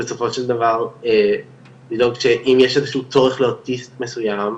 בסופו של דבר לדאוג שאם יש איזה שהוא צורך לאוטיסט מסויים,